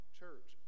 church